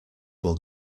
will